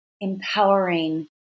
empowering